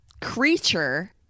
creature